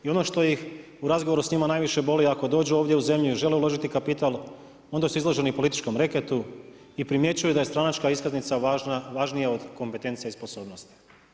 I ono što ih u razgovoru s njima najviše boli, ako dođu ovdje u zemlju i žele uložiti kapital, onda su izloženi političkom reketu i primjećuju da je stranačka iskaznica važnija od kompetencija i sposobnosti.